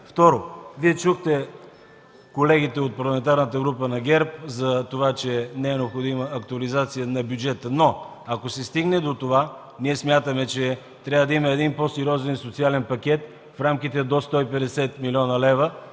Второ, чухте колегите от Парламентарната група на ГЕРБ за това, че е необходима актуализация на бюджета, но ако се стигне до това, смятам, че трябва да има един по-сериозен социален пакет в рамките до 150 млн. лв.,